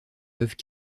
peuvent